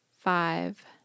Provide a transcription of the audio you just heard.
five